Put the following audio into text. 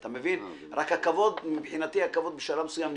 רק מבחינתי הכבוד בשלב מסוים נגמר.